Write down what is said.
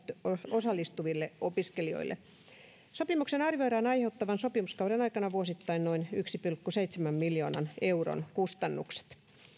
osallistuville opiskelijoille sopimuksen arvioidaan aiheuttavan sopimuskauden aikana vuosittain noin yhden pilkku seitsemän miljoonan euron kustannukset